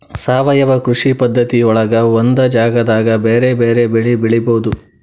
ಸಾವಯವ ಕೃಷಿ ಪದ್ಧತಿಯೊಳಗ ಒಂದ ಜಗದಾಗ ಬೇರೆ ಬೇರೆ ಬೆಳಿ ಬೆಳಿಬೊದು